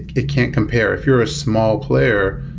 it can't compare. if you're a small player,